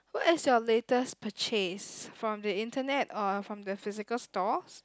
what is your latest purchase from the internet or from the physical stores